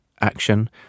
action